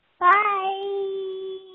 Bye